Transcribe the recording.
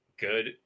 good